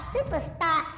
Superstar